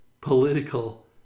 political